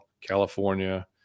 California